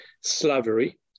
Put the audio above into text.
slavery